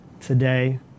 today